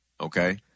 okay